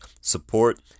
support